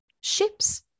ships